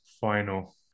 final